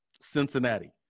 cincinnati